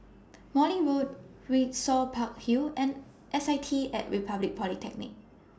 Morley Road Windsor Park Hill and S I T At Republic Polytechnic